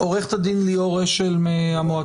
עו"ד לירון אשל.